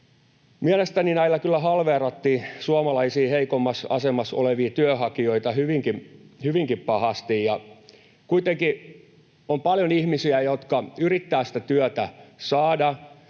Mielestäni näillä kyllä halveerattiin suomalaisia heikommassa asemassa olevia työnhakijoita hyvinkin pahasti. Kuitenkin on paljon ihmisiä, jotka yrittävät saada